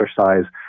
exercise